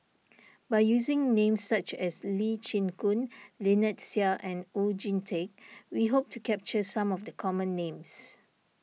by using names such as Lee Chin Koon Lynnette Seah and Oon Jin Teik we hope to capture some of the common names